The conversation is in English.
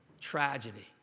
tragedy